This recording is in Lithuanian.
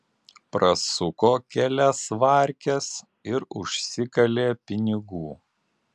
prasuko kelias varkes ir užsikalė pinigų